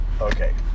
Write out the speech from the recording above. Okay